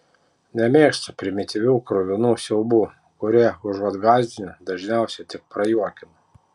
nemėgstu primityvių kruvinų siaubų kurie užuot gąsdinę dažniausiai tik prajuokina